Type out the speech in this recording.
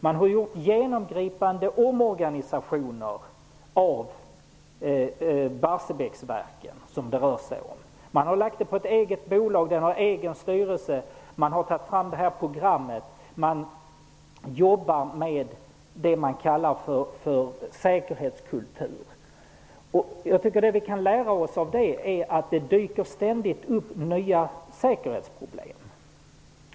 Man har gjort genomgripande omorganisationer av Barsebäcksverket, som det här rör sig om. Man har bildat eget bolag för detta med egen styrelse, man har lagt upp ett särskilt program och man jobbar med vad man kallar säkerhetskultur. Vad vi kan lära oss av detta är att det ständigt dyker upp nya säkerhetsproblem.